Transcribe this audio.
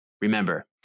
Remember